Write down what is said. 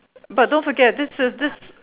but don't forget this is this